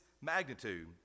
magnitude